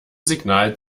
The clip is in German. signal